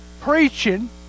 preaching